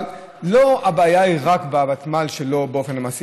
אבל הבעיה היא לא רק בוותמ"ל באופן מעשי.